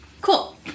Cool